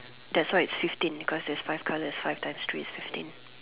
that's why it's fifteen because there is five colors five times three is fifteen